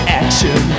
action